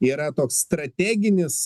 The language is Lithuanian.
yra toks strateginis